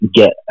get